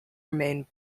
remain